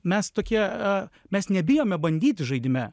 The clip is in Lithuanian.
mes tokie mes nebijome bandyti žaidime